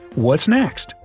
what's next?